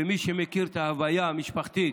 מי שמכיר את ההוויה המשפחתית